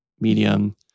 Medium